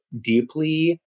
deeply